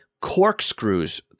corkscrews